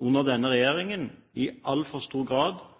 under denne regjeringen i altfor stor grad